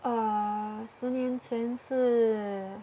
uh 十年前是